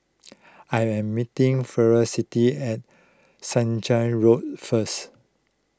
I am meeting Felicity at Road first